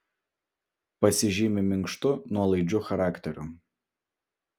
pasižymi minkštu nuolaidžiu charakteriu